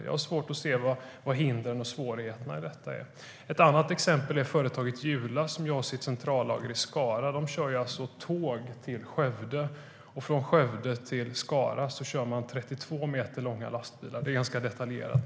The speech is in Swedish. Jag har svårt att se vilka hindren och svårigheterna skulle vara. Ett annat exempel är företaget Jula, som har sitt centrallager i Skara. De kör tåg till Skövde. Från Skövde till Skara kör man 32 meter långa lastbilar. Det är ganska detaljerat.